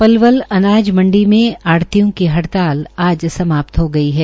पलवल अनाज मंडी में आढ़तियों की हड़ताल आज समाप्त हो गई है